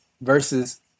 versus